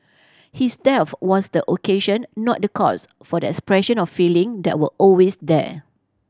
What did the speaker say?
his death was the occasion not the cause for the expression of feeling that were always there